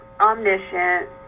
omniscient